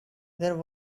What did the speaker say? there